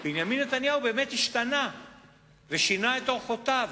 בנימין נתניהו באמת השתנה ושינה את אורחותיו,